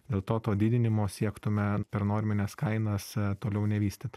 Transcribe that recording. dėl to to didinimo siektume per normines kainas toliau nevystyt